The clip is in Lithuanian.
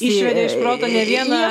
išvedė iš proto ne vieną